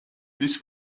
this